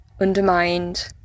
undermined